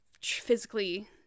physically